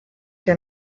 der